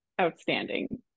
outstanding